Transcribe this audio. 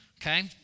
okay